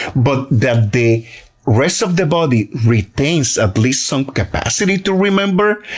but that the rest of the body retains at least some capacity to remember.